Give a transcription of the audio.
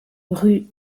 rue